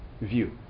view